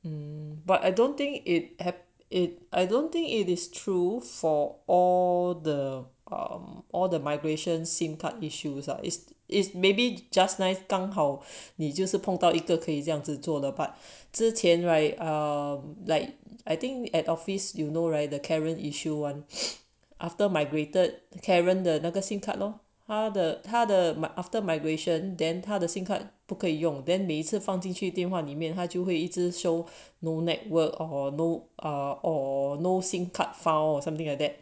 um but I don't think it at it I don't think it is true for all the um all the migration SIM card issues or is is maybe just nice 刚好你就是碰到一个可以这样子做的 but 之前 right I'm like I think at office you know right the karen issue one after migrated the karen the SIM card lor ah the 他的 mi~ after migration then 他的 SIM card 可以用 then 每次放进去电话里面它就会一直 show no network or no ah or no SIM card found or something like that